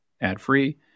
ad-free